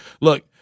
Look